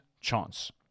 chance